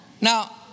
Now